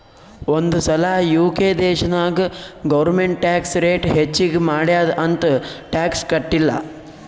ಒಂದ್ ಸಲಾ ಯು.ಕೆ ದೇಶನಾಗ್ ಗೌರ್ಮೆಂಟ್ ಟ್ಯಾಕ್ಸ್ ರೇಟ್ ಹೆಚ್ಚಿಗ್ ಮಾಡ್ಯಾದ್ ಅಂತ್ ಟ್ಯಾಕ್ಸ ಕಟ್ಟಿಲ್ಲ